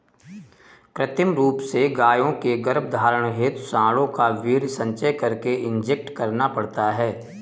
कृत्रिम रूप से गायों के गर्भधारण हेतु साँडों का वीर्य संचय करके इंजेक्ट करना पड़ता है